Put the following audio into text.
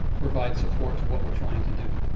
provide support to what we're trying to do.